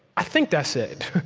i think that's it.